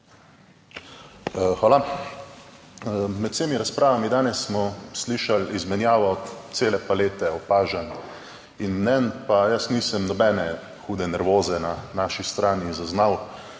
Hvala. Med vsemi razpravami danes smo slišali izmenjavo cele palete opažanj in mnenj, pa jaz nisem nobene hude nervoze na naši strani zaznal,